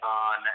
on